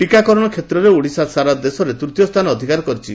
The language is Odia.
ଟିକାକରଣ କ୍ଷେତ୍ରରେ ଓଡିଶା ସାରା ଦେଶରେ ଓଡିଶା ତୂତୀୟ ସ୍ରାନ ଅଧିକାର କରିଛି